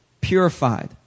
purified